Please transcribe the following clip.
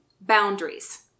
boundaries